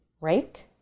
rake